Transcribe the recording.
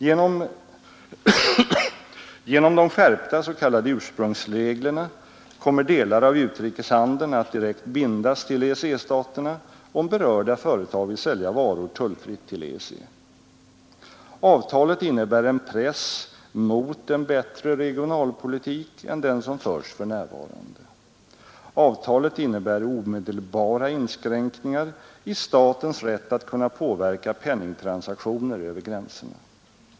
Genom de skärpta s.k. ursprungsreglerna kommer delar av utrikeshandeln att direkt bindas till EEC-staterna om berörda företag vill sälja varor tullfritt till C. Avtalet innebär en press mot en bättre regionalpolitik än den som s för närvarande. Avtalet innebär omedelbara inskränkningar i statens rätt att kunna påverka penningtransaktioner över gränserna.